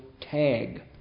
tag